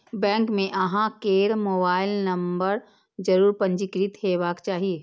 bank मे अहां केर मोबाइल नंबर जरूर पंजीकृत हेबाक चाही